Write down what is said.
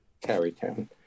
Carrytown